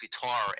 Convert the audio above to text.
guitar